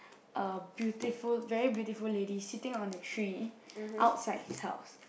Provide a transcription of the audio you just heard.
a beautiful very beautiful lady sitting on a tree outside his house